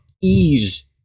ease